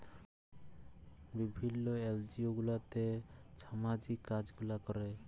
বিভিল্ল্য এলজিও গুলাতে ছামাজিক কাজ গুলা ক্যরে